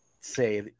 say